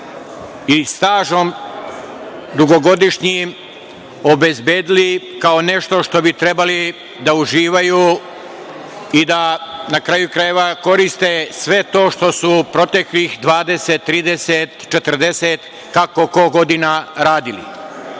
radom i dugogodišnjim stažom obezbedili kao nešto što bi trebali da uživaju i da, na kraju krajeva, koriste sve to što su proteklih 20, 30, 40, kako ko, godina radili. Vlada